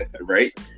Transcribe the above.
right